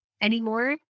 anymore